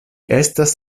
estas